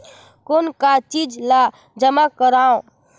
कौन का चीज ला जमा करवाओ?